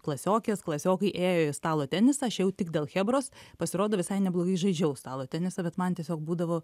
klasiokės klasiokai ėjo į stalo tenisą aš jau tik dėl chebros pasirodo visai neblogai žaidžiau stalo tenisą bet man tiesiog būdavo